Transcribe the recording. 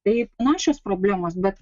tai panašios problemos bet